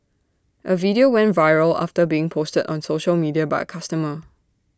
A video went viral after being posted on social media by A customer